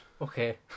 Okay